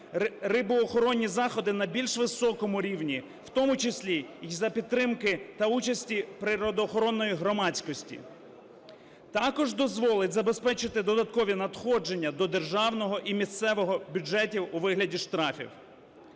рибоохоронні заходи на більш високому рівні, в тому числі за підтримки та участі природоохоронної громадськості. Також дозволить забезпечити додаткові надходження до державного і місцевого бюджетів у вигляді штрафів.